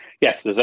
Yes